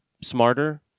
smarter